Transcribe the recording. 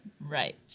Right